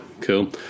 cool